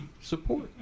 support